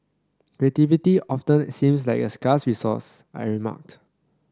creativity often seems like a scarce resource I remark